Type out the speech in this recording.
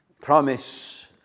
promise